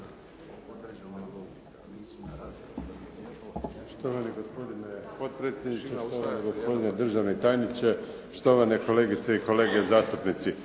Štovani gospodine potpredsjedniče, štovani gospodine državni tajniče, štovane kolegice i kolege zastupnici.